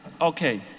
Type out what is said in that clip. okay